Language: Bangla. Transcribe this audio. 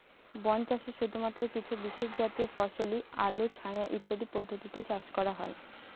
বন চাষে শুধুমাত্র কিছু বিশেষজাতীয় ফসলই আলো ছায়া ইত্যাদি পদ্ধতিতে চাষ করা হয়